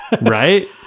right